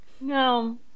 No